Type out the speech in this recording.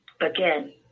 Again